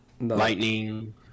lightning